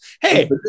Hey